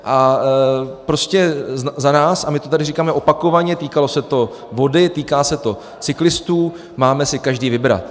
A prostě za nás, a my to tady říkáme opakovaně, týkalo se to vody, týká se to cyklistů, máme si každý vybrat.